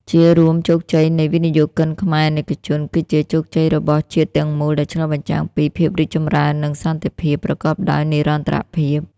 ជារួម ជោគជ័យនៃវិនិយោគិនខ្មែរអាណិកជន គឺជាជោគជ័យរបស់ជាតិទាំងមូល ដែលឆ្លុះបញ្ចាំងពី ភាពរីកចម្រើន និងសន្តិភាព ប្រកបដោយនិរន្តរភាព។